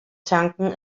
tanken